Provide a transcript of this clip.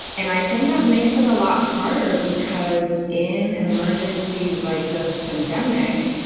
and i think that makes it a lot harder because in emergencies like this pandemic,